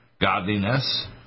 godliness